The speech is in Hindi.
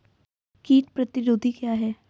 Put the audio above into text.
कीट प्रतिरोधी क्या है?